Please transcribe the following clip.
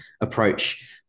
approach